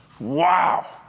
Wow